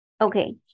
Okay